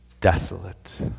desolate